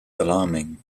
alarming